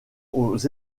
aux